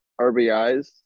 RBIs